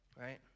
Right